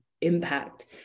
impact